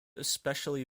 especially